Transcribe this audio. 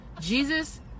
Jesus